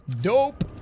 Dope